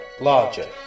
larger